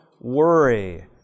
worry